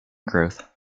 growth